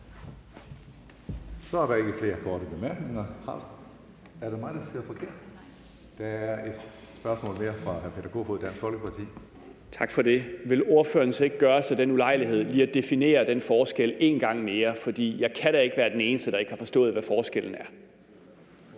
Så er der ikke flere korte bemærkninger. Eller er det mig, der ser forkert? Ja, der er et spørgsmål mere fra hr. Peter Kofod, Dansk Folkeparti. Kl. 14:41 Peter Kofod (DF): Tak for det. Vil ordføreren så ikke gøre sig den ulejlighed lige at definere den forskel en gang mere, for jeg kan da ikke være den eneste, der ikke har forstået, hvad forskellen er?